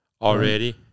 already